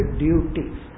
duties